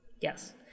Yes